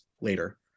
later